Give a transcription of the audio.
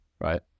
right